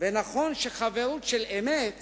ונכון שחברות של אמת